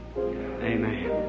Amen